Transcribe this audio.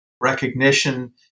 recognition